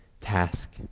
task